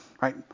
right